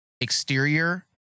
exterior